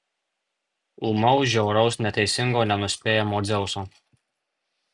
ūmaus žiauraus neteisingo nenuspėjamo dzeuso